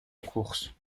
course